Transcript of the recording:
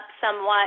somewhat